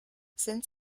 sind